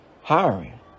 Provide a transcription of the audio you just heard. Hiring